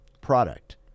product